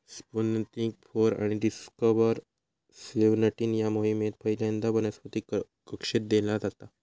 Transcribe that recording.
Sputnik four आणि Discover seventeen या मोहिमेत पहिल्यांदा वनस्पतीक कक्षेत नेला जाता